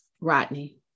Rodney